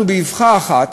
אנחנו באבחה אחת,